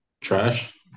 trash